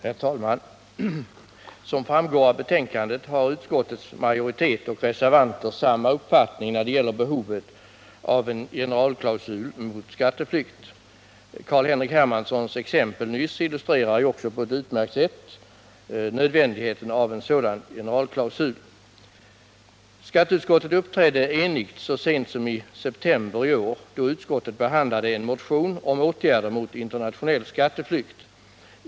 Herr talman! Som framgår av betänkandet, har utskottets majoritet och reservanter samma uppfattning när det gäller behovet av en generalklausul mot skatteflykt. Carl-Henrik Hermanssons exempel nyss illustrerar också på ett utmärkt sätt nödvändigheten av en sådan klausul. Skatteutskottet uppträdde enigt så sent som i september i år, då utskottet behandlade en motion om åtgärder mot internationell skatteflykt.